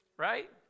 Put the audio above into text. Right